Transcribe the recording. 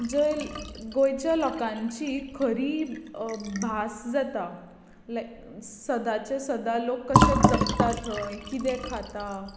जंय गोंयच्या लोकांची खरी भास जाता लाय सदांचे सदां लोक कशे जगता थंय किदें खाता